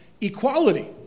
equality